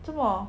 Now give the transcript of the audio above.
做莫